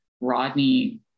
Rodney